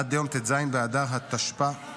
עד ליום ט"ז באדר התשפ"ה,